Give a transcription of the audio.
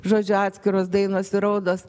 žodžiu atskiros dainos ir raudos